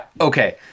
Okay